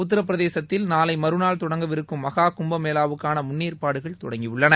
உத்தரபிரதேசத்தில் நாளை மறுநாள் தொடங்கவிருக்கும் மகா கும்பமேளாவுக்கான முன்னேற்பாடுகள் தொடங்கியுள்ளன